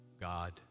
God